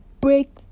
break